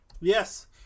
yes